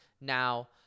Now